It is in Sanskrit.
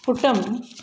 पुठम्